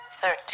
thirteen